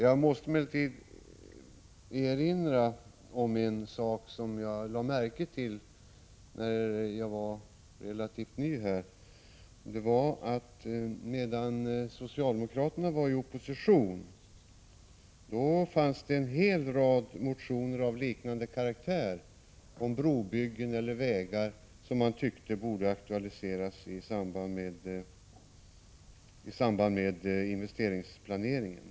Jag måste emellertid erinra om en sak, som jag lade märke till när jag var relativt ny här. Medan socialdemokraterna befann sig i oppositionsställning väcktes en hel rad motioner av liknande karaktär. Det kunde gälla brobyggen eller vägar som man tyckte borde aktualiseras i samband med investeringsplaneringen.